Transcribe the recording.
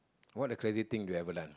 what the crazy thing you ever done